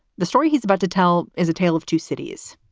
the story he's about to tell is a tale of two cities,